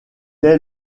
est